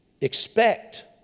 expect